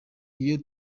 iyo